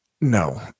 No